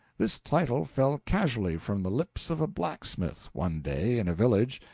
this title fell casually from the lips of a blacksmith, one day, in a village,